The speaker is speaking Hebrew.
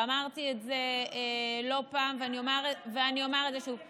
אמרתי את זה לא פעם ואני אומר את זה שוב,